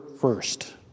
first